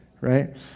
Right